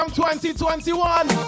2021